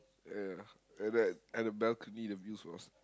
yeah and that at the balcony the views was